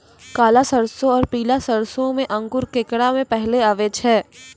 काला सरसो और पीला सरसो मे अंकुर केकरा मे पहले आबै छै?